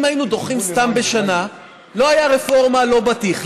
אם היינו דוחים סתם בשנה לא הייתה רפורמה ולא בטיח,